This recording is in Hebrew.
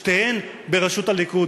שתיהן בראשות הליכוד.